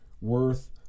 worth